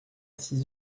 six